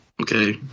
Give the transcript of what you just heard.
okay